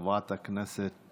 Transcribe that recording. חברת הכנסת